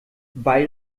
weil